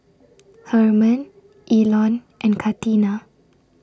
Hermon Elon and Katina